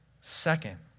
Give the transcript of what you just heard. Second